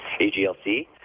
AGLC